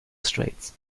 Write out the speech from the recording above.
straits